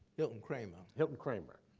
hilton kramer. hilton kramer.